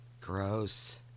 Gross